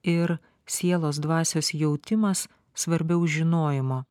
ir sielos dvasios jautimas svarbiau žinojimo